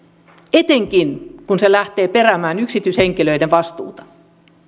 etenkin kun se lähtee peräämään yksityishenkilöiden vastuuta